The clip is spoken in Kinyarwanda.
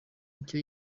icyo